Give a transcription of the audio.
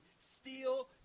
steal